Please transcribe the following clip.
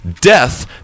Death